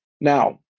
Now